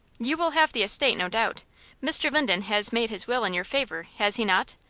you will have the estate, no doubt mr. linden has made his will in your favor, has he not?